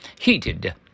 heated